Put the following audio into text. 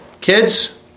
Kids